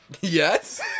Yes